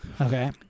Okay